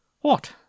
What